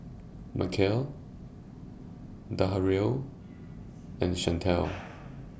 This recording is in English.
Mykel Darrell and Shantell